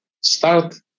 start